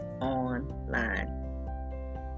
online